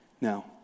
Now